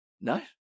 No